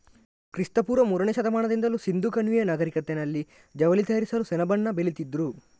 ಕ್ರಿಸ್ತ ಪೂರ್ವ ಮೂರನೇ ಶತಮಾನದಿಂದಲೂ ಸಿಂಧೂ ಕಣಿವೆಯ ನಾಗರಿಕತೆನಲ್ಲಿ ಜವಳಿ ತಯಾರಿಸಲು ಸೆಣಬನ್ನ ಬೆಳೀತಿದ್ರು